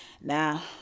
Now